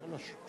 שלוש דקות.